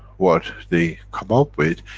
what they come up with,